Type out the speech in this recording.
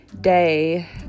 day